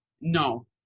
No